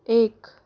एक